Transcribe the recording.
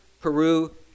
Peru